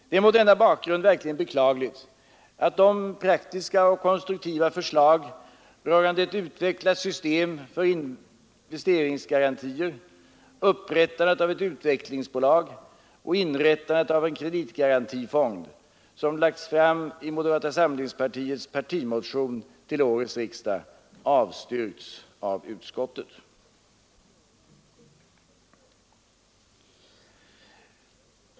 Det är mot denna bakgrund verkligen beklagligt, att de praktiska och konstruktiva förslag rörande ett utvecklat system för investeringsgarantier, upprättandet av ett utvecklingsbolag och inrättandet av en kreditgarantifond som lagts fram i moderata samlingspartiets partimotion till årets riksdag avstyrkts av utskottet.